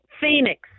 Phoenix